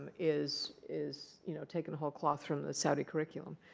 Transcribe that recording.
is is you know taken a whole cloth from the saudi curriculum.